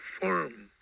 firm